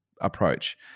approach